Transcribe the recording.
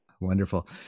Wonderful